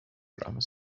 grammar